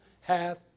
hath